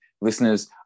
Listeners